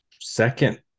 second